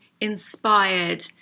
inspired